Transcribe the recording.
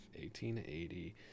1880